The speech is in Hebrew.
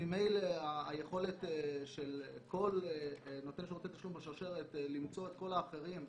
ממילא היכולת של כל נותני שירותי תשלום בשרשרת למצוא את כל האחרים,